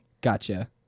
Gotcha